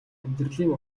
амьдралын